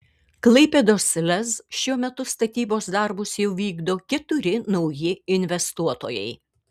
klaipėdos lez šiuo metu statybos darbus jau vykdo keturi nauji investuotojai